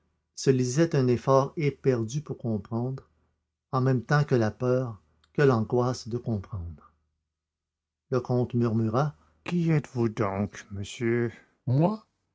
se lisait un effort éperdu pour comprendre en même temps que la peur que l'angoisse de comprendre le comte murmura qui êtes-vous donc monsieur moi